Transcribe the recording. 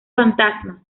fantasma